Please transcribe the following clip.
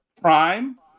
Prime